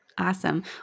awesome